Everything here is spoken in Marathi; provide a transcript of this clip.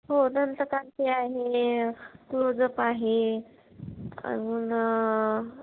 हो दंतकांती आहे क्लोजअप आहे अजून